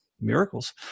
miracles